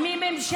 היא סיימה,